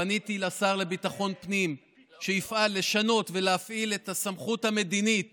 פניתי לשר לביטחון הפנים שיפעל לשנות ולהפעיל את הסמכות המדינית